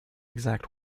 exact